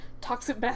toxic